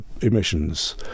emissions